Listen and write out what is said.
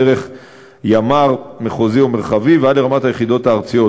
דרך ימ"ר מחוזי או מרחבי ועד לרמת היחידות הארציות.